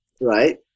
right